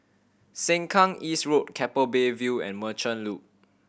Sengkang East Road Keppel Bay View and Merchant Loop